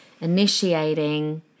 initiating